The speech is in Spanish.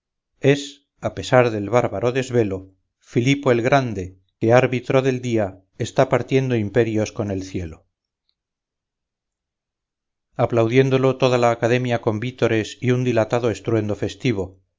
es a pesar del bárbaro desvelo filipo el grande que árbitro del día está partiendo imperios con el cielo aplaudiéndolo toda la academia con vítores y un dilatado estruendo festivo